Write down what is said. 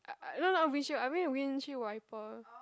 no not wind shield I mean wind shield wiper